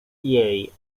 jej